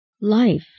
life